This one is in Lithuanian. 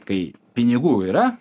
kai pinigų yra